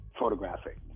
photographic